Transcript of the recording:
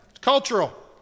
Cultural